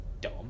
dumb